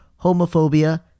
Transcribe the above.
homophobia